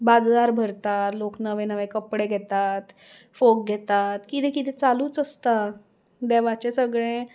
बाजार भरतात लोक नवे नवे कपडे घेतात फोग घेतात किदें किदें चालूच आसता देवाचें सगळें